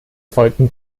folgten